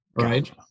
right